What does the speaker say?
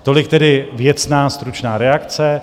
Tolik tedy věcná stručná reakce.